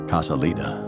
Casalita